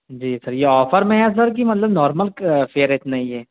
جی sir یہ offer میں ہے سر کہ مطلب نارمل فیئر اتنا ہی ہے